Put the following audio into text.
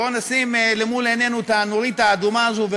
בוא נשים למול עינינו את הנורית האדומה הזאת כי